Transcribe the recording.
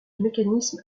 mécanisme